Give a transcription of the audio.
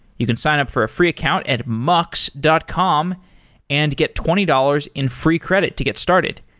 you can sign up for a free account at mux dot com and get twenty dollars in free credit to get started.